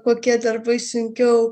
kokie darbai sunkiau